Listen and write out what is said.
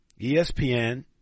ESPN